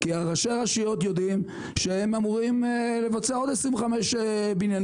כי ראשי רשויות יודעים שהם אמורים לבצע עוד 25 בניינים,